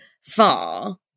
far